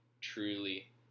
truly